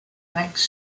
next